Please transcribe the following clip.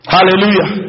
Hallelujah